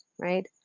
right